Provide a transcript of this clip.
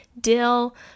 dill